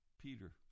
Peter